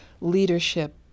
leadership